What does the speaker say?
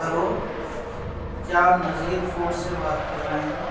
hello کیا آپ Nazir food سے بات کر رہے ہیں